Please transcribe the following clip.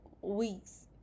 weeks